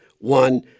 One